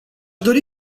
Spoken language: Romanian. dori